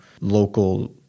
local